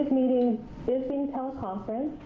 meeting is being teleconferenced.